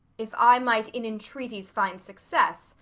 if i might in entreaties find success,